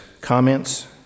comments